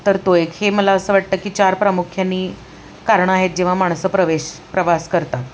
तर तो एक हे मला असं वाटतं की चार प्रामुख्याने कारणं आहेत जेव्हा माणसं प्रवेश प्रवास करतात